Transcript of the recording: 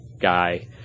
guy